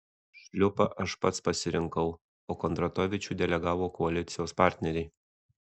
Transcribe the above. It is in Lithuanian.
šliupą aš pats pasirinkau o kondratovičių delegavo koalicijos partneriai